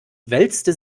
wälzte